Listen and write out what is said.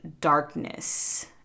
darkness